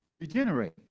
regenerate